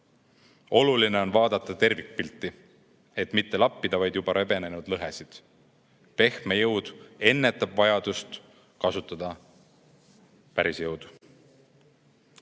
Oluline on vaadata tervikpilti, et ei peaks vaid lappima juba rebenenud lõhesid. Pehme jõud ennetab vajadust kasutada päris jõudu. Head